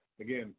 Again